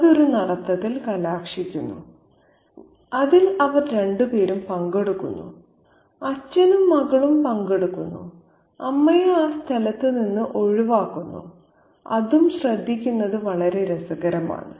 അത് ഒരു നടത്തത്തിൽ കലാശിക്കുന്നു അതിൽ അവർ രണ്ടുപേരും പങ്കെടുക്കുന്നു അച്ഛനും മകളും പങ്കെടുക്കുന്നു അമ്മയെ ആ സ്ഥലത്ത് നിന്ന് ഒഴിവാക്കുന്നു അതും ശ്രദ്ധിക്കുന്നത് വളരെ രസകരമാണ്